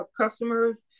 customers